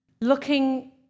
Looking